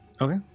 Okay